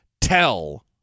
tell